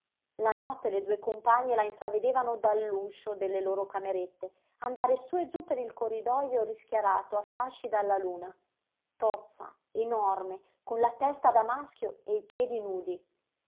la notte le due compagne la intravedevano dall'uscio delle loro camerette andare sú e giú per il corridojo rischiarato a fasci dalla luna tozza enorme con la testa da maschio e i piedi nudi